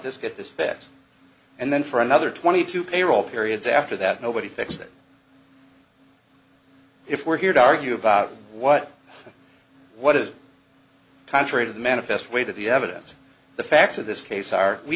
this get this fixed and then for another twenty two payroll periods after that nobody thinks that if we're here to argue about what what is contrary to the manifest weight of the evidence the facts of this case are we